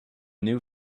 new